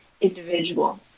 individual